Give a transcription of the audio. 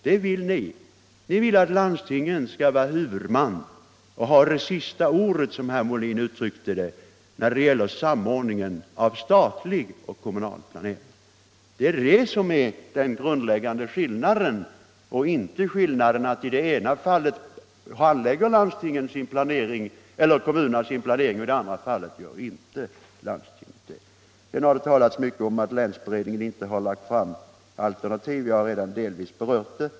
Det vill ni — ni vill att landstinget skall vara huvudman och ha det sista ordet, som herr Molin uttryckte sig, när det gällde samordningen av statlig och kommunal planering. Det är detta som är den grundläggande skillnaden och inte den omständigheten att i det ena fallet handlägger kommunerna sin planering och i det andra fallet gör landstingen inte detta. Sedan har det talats mycket om att länsberedningen inte har lagt fram alternativ. Jag har redan delvis berört detta.